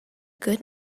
good